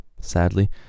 sadly